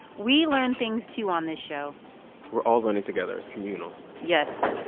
we learn things, too, on this show we're all learning together. it's communal yes